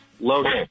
Logan